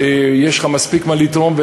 יש לך מספיק מה לתרום.